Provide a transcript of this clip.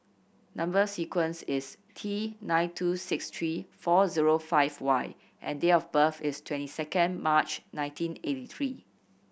number sequence is T nine two six three four zero five Y and date of birth is twenty second March nineteen eighty three